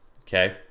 okay